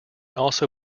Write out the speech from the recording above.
also